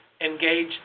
engage